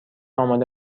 آماده